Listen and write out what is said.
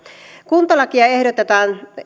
kuntalakiin ehdotetaan